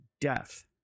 death